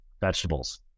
vegetables